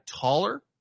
taller